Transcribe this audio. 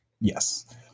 Yes